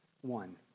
one